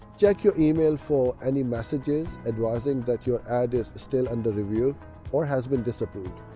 check your email for any messages advising that your ad is still under review or has been disapproved.